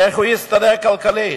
איך הוא יסתדר כלכלית?